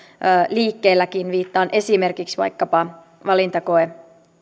liikkeelläkin viittaan esimerkiksi vaikkapa